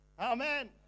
amen